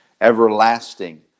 everlasting